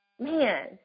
man